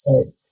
okay